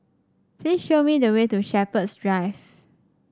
please show me the way to Shepherds Drive